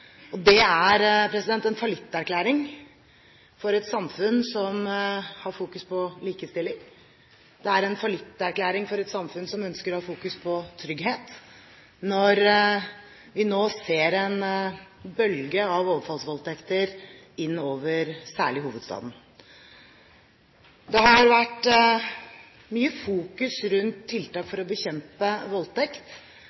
Det er en fallitterklæring for et samfunn som har fokus på likestilling. Det er en fallitterklæring for et samfunn som ønsker å ha fokus på trygghet, når vi nå ser en bølge av overfallsvoldtekter særlig inn over hovedstaden. Det har vært mye fokus på tiltak